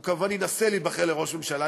הוא כמובן ינסה להיבחר לראש ממשלה,